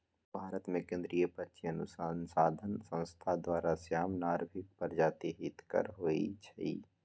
भारतमें केंद्रीय पक्षी अनुसंसधान संस्थान द्वारा, श्याम, नर्भिक प्रजाति हितकारी होइ छइ